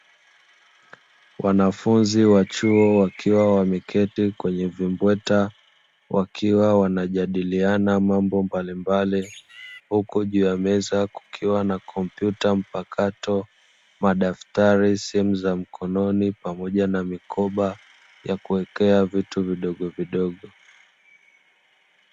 Wanafunzi wa chuo wakiwa wameketi kwenye vimbweta wakiwa wanajadiliana mambo mbalimbali, huku juu ya meza kukiwa na kompyuta mpakato, madaftari, simu za mkononi, pamoja na mikoba ya kuwekea vitu vidogovidogo.